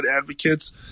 advocates